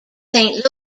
saint